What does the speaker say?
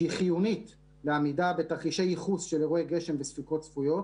שהיא חיונית לעמידה בתרחישי ייחוס של אירועי גשם וסופות צפויות.